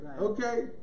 okay